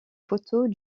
photos